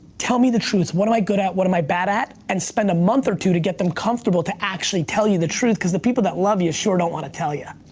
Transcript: tell me the truth. what am i good at, what am i bad at? and spend a month or two to get them comfortable to actually tell you the truth. cause the people that love you sure don't want to tell you.